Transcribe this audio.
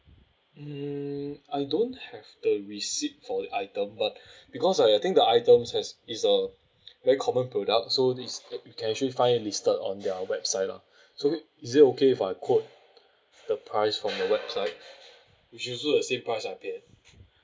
mm I don't have the receipt for the item but because I I think the items has is a very common product so this can actually find listed on their website lah so is it okay if I quote the price from the website which is also the same price I paid